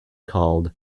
called